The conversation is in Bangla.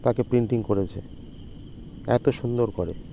তাকে প্রিন্টিং করেছে এতো সুন্দর করে